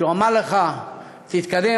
כשהוא אמר לך: תתקדם,